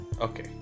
Okay